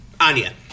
Anya